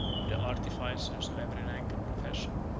of the artificers of every rank and profession,